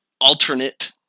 alternate